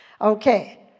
Okay